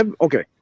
okay